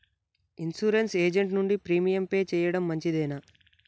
Insurance agent నుండి premium pay చేయడం మంచిదేనా?